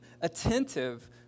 attentive